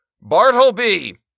Bartleby